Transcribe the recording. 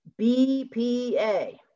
BPA